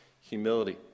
humility